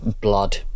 blood